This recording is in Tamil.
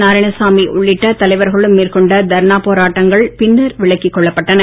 நாரயாணசாமி உள்ளிட்ட தலைவர்களும் மேற்கொண்ட தர்ணாப் போராட்டங்கள் பின்னர் விலக்கிக் கொள்ளப்பட்டன